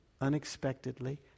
unexpectedly